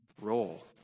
role